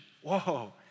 Whoa